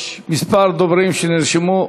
יש כמה דוברים שנרשמו.